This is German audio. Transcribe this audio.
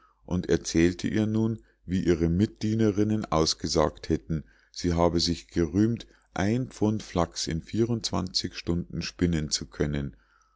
und erzählte ihr nun wie ihre mitdienerinnen ausgesagt hätten sie habe sich gerühmt ein pfund flachs in vier und zwanzig stunden spinnen zu können